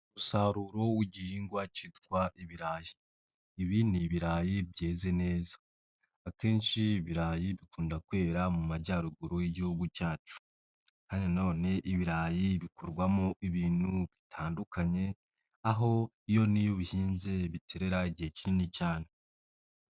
Umusaruro w'igihingwa kitwa ibirayi, ibi ni ibirayi byeze neza. Akenshi ibirayi bikunda kwera mu majyaruguru y'igihugu cyacu, kandi nanone ibirayi bikorwamo ibintu bitandukanye, aho iyo niyo bihinze biterera igihe kinini cyane.